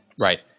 Right